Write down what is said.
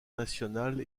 nationale